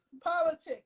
politics